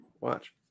watch